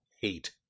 hate